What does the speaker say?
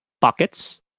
pockets